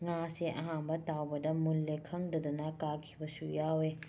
ꯉꯥꯁꯦ ꯑꯍꯥꯟꯕ ꯇꯥꯎꯕꯗ ꯃꯨꯜꯂꯦ ꯈꯪꯗꯗꯅ ꯀꯥꯈꯤꯕꯁꯨ ꯌꯥꯎꯋꯦ